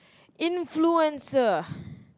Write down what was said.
influencer